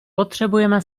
potřebujeme